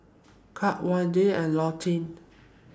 Curt Wayde and Leontine